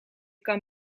kan